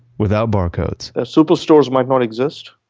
without barcodes the superstores might not exist.